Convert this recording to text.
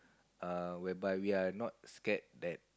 err whereby we are not scared that